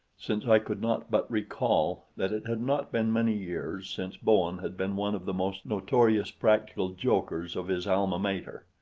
since i could not but recall that it had not been many years since bowen had been one of the most notorious practical jokers of his alma mater.